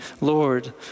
Lord